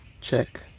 Check